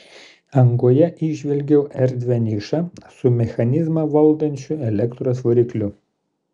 angoje įžvelgiau erdvią nišą su mechanizmą valdančiu elektros varikliu